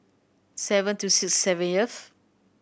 seven two six